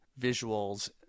visuals